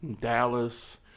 Dallas